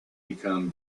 become